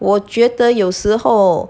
我觉得有时候